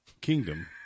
kingdom